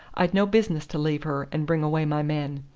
i'd no business to leave her, and bring away my men.